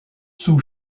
sous